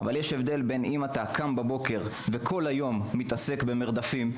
אבל יש הבדל בין זה לבין חקלאי שקם בבוקר ולאורך כל היום מתעסק במרדפים,